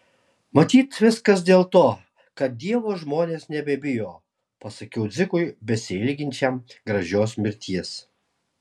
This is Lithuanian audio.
matyt viskas dėl to kad dievo žmonės nebebijo pasakiau dzikui besiilginčiam gražios mirties